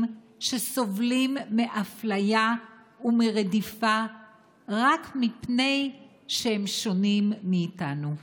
שסובלים מאפליה ומרדיפה רק מפני שהם שונים מאיתנו.